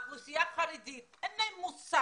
האוכלוסייה החרדית כל אלה אין להם מושג.